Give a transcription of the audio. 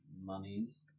monies